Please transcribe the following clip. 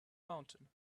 mountain